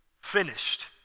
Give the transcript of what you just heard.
finished